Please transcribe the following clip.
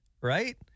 right